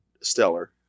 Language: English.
stellar